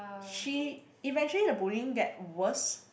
she eventually the bullying get worse